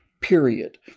period